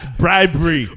bribery